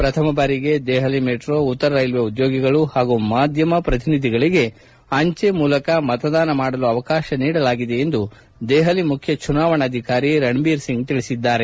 ಪ್ರಥಮ ಭಾರಿಗೆ ದೆಹಲಿ ಮೆಟ್ರೋ ಉತ್ತರ ರೈಲ್ವೆ ಉದ್ಯೋಗಿಗಳು ಹಾಗೂ ಮಾಧ್ಯಮ ಶ್ರತಿನಿಧಿಗಳಿಗೆ ಅಂಜಿ ಮೂಲಕ ಮತದಾನ ಮಾಡಲು ಅವಕಾಶ ನೀಡಲಾಗಿದೆ ಎಂದು ದೆಹಲಿ ಮುಖ್ಯಚುನಾವಣಾಧಿಕಾರಿ ರಣಭೀರ್ ಸಿಂಗ್ ಹೇಳಿದ್ದಾರೆ